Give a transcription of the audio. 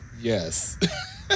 yes